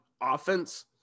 offense